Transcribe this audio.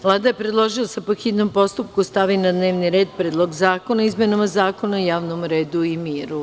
Vlada je predložila da se, po hitnom postupku, stavi na dnevni red Predlog zakona o izmenama Zakona o javnom redu i miru.